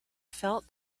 felt